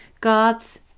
God's